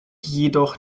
jedoch